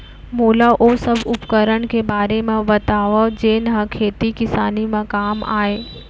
मोला ओ सब उपकरण के बारे म बतावव जेन ह खेती किसानी म काम आथे?